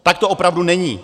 Tak to opravdu není!